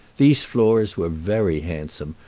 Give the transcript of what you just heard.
these floors were very handsome,